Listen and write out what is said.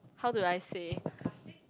how do I say